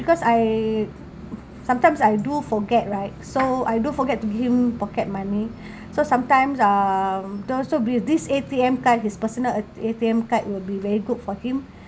because I sometimes I do forget right so I do forget to him pocket money so sometimes uh then also with this A_T_M card his personal A_T_M card will be very good for him